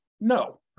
No